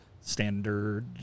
Standard